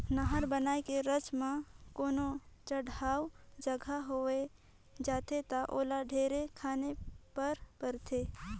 नहर बनाए के रद्दा म कोनो चड़हउ जघा होवे जाथे ता ओला ढेरे खने पर परथे